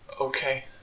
Okay